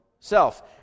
Self